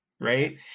Right